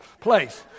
place